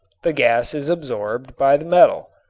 the gas is absorbed by the metal,